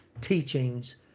teachings